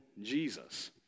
Jesus